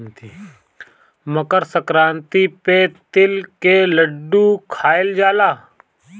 मकरसंक्रांति पे तिल के लड्डू खाइल जाला